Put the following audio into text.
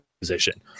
position